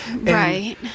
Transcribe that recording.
Right